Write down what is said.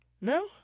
No